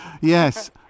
Yes